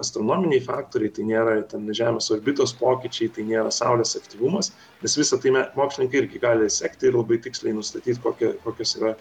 astronominiai faktoriai tai nėra ten žemės orbitos pokyčiai tai nėra saulės aktyvumas nes visa tai me mokslininkai irgi gali sekt ir labai tiksliai nustatyt kokią kokios yra